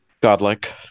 godlike